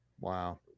Wow